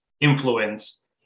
influence